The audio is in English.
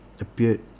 appeared